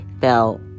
fell